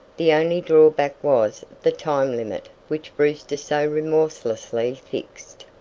the only drawback was the time limit which brewster so remorselessly fixed.